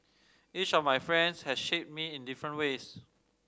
each of my friends has shaped me in different ways